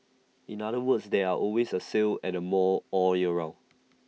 in other words there are always A sale at the mall all year round